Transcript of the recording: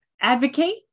advocate